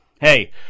hey